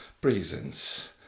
presence